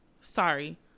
Sorry